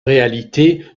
réalité